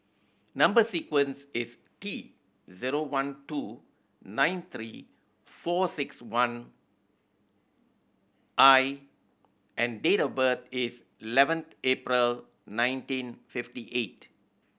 number sequence is T zero one two nine three four six one I and date of birth is eleventh April nineteen fifty eight